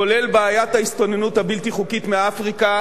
כולל בעיית ההסתננות הבלתי-חוקית מאפריקה